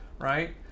right